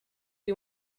you